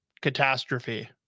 catastrophe